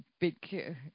big